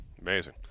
Amazing